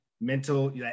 Mental